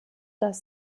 das